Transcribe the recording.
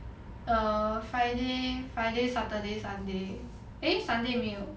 err friday friday saturday sunday eh sunday 没有